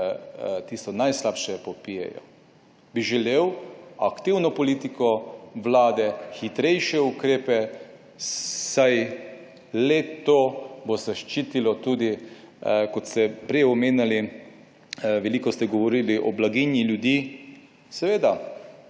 tisto najslabše popijejo. Bi želel aktivno politiko vlade, hitrejše ukrepe, saj le to bo zaščitilo tudi, kot ste prej omenjali. Veliko ste govorili o blaginji ljudi. Seveda,